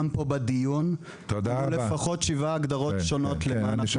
גם פה בדיון שמענו לפחות שבע הגדרות שונות ל- --.